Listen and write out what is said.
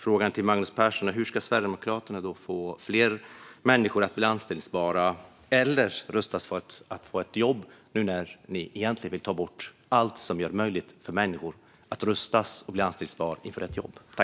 Frågan till Magnus Persson är hur Sverigedemokraterna ska få fler människor att bli anställbara eller rustas för att få ett jobb, nu när ni egentligen vill ta bort allt som gör det möjligt för människor att rustas och bli anställbara.